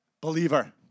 believer